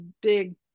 big